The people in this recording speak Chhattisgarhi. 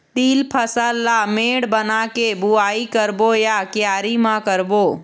तील फसल ला मेड़ बना के बुआई करबो या क्यारी म करबो?